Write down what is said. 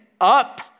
up